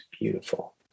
beautiful